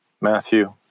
Matthew